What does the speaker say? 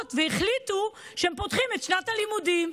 והחליטו שהן פותחות את שנת הלימודים.